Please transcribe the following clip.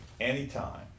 anytime